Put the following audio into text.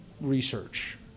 research